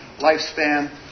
lifespan